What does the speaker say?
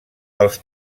els